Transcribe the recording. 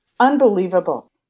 Unbelievable